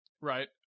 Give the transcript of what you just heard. Right